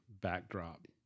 backdrop